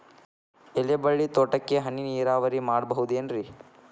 ಎಲೆಬಳ್ಳಿ ತೋಟಕ್ಕೆ ಹನಿ ನೇರಾವರಿ ಮಾಡಬಹುದೇನ್ ರಿ?